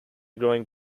growing